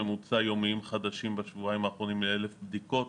ממוצע יומיים חדשים בשבועיים האחרונים ל-1,000 בדיקות,